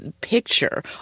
picture